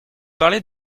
parlez